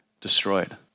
destroyed